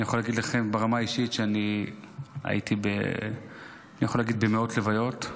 אני יכול להגיד לכם ברמה האישית שאני הייתי במאות לוויות,